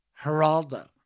Geraldo